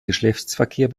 geschlechtsverkehr